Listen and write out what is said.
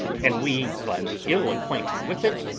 and we but ill acquainted with it,